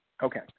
Okay